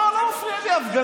לא, לא מפריעה לי ההפגנה.